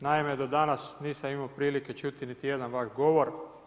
Naime, do danas nisam imao prilike čuti niti jedan vaš govor.